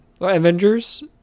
Avengers